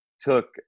took